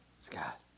Scott